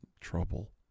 trouble